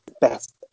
best